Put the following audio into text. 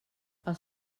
els